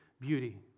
beauty